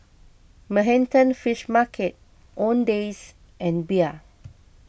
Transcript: Manhattan Fish Market Owndays and Bia